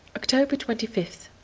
october twenty fifth.